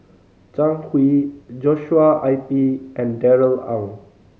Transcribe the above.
Zhang Hui Joshua I P and Darrell Ang